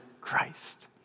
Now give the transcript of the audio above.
Christ